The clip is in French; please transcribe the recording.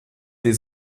des